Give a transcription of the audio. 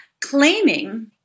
claiming